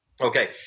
Okay